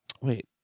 Wait